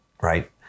right